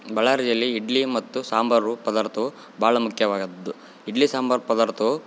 ಬಳ್ಳಾರಿಯಲ್ಲಿ ಇಡ್ಲಿ ಮತ್ತು ಸಾಂಬಾರು ಪದಾರ್ಥವು ಭಾಳ ಮುಖ್ಯವಾದದ್ದು ಇಡ್ಲಿ ಸಾಂಬಾರು ಪದಾರ್ಥವು